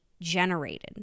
generated